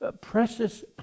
precious